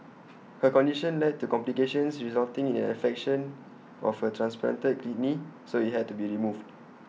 her condition led to complications resulting in an infection of her transplanted kidney so IT had to be removed